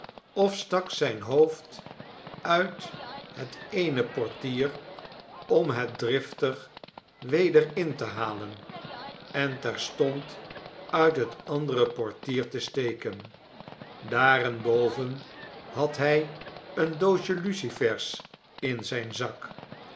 of stak zijn hoofd uit het eene portier om het driftig weder in te halen en terstond uit het andere portier te steken daarenboven had hij een doosjelucifers in zijn zak